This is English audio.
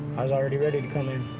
i was already ready to come in.